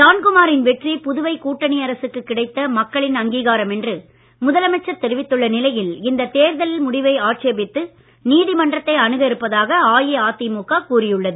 ஜான்குமாரின் வெற்றி புதுவை கூட்டணி அரசுக்கு கிடைத்த மக்களின் அங்கீகாரம் என்று முதலமைச்சர் தெரிவித்துள்ள நிலையில் இந்த தேர்தலை முடிவை ஆட்சேபித்து நீதிமன்றத்தை அணுக இருப்பதாக அஇஅதிமுக கூறியுள்ளது